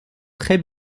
très